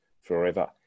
forever